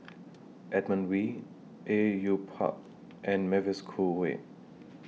Edmund Wee Au Yue Pak and Mavis Khoo Oei